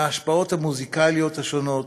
מההשפעות המוזיקליות השונות,